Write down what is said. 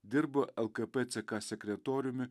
dirbo lkp ck sekretoriumi